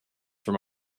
from